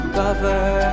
cover